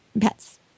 Pets